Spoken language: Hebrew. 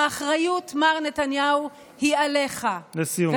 האחריות, מר נתניהו, היא עליך, לסיום, גברתי.